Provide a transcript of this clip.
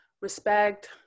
respect